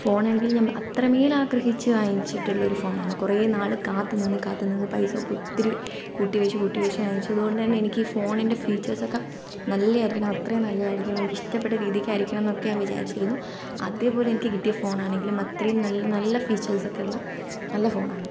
ഫോണെങ്കിൽ നമ്മൾ അത്രമേൽ ആഗ്രഹിച്ച് വാങ്ങിച്ചിട്ടുള്ള ഒരു ഫോണാണ് കുറെ നാള് കാത്തു നിന്ന് കാത്തു നിന്ന് പൈസൊക്കെ ഒത്തിരി കൂട്ടി വച്ച് കൂട്ടിവച്ചു വാങ്ങിച്ചത് കൊണ്ട് തന്നെ എനിക്ക് ഫോണിൻ്റെ ഫീച്ചേഴ്സ് ഒക്കെ നല്ലതായിരിക്കണം അത്രയും നല്ലത് ആയിരിക്കണം ഒരു ഇഷ്ടപ്പെട്ട രീതിക്കായിരിക്കണം എന്നൊക്കെ ഞാൻ വിചാരിച്ചിരുന്നു അതുപോലെ എനിക്ക് കിട്ടിയ ഫോൺ ആണെങ്കിലും അത്രയും നല്ല നല്ല ഫീച്ചേഴ്സൊക്കെ ഉള്ള നല്ല ഫോണാണ്